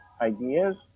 ideas